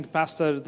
pastor